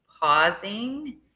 pausing